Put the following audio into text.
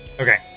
Okay